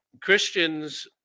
Christians